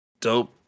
dope